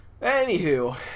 Anywho